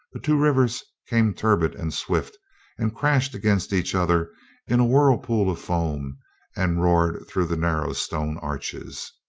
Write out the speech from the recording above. the two rivers came turbid and swift and crashed against each other in a whirlpool of foam and roared through the narrow stone arches.